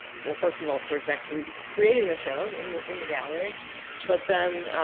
well, first of all, towards actually creating the show in the in the gallery but then